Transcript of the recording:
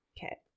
Okay